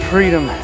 Freedom